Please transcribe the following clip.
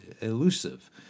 elusive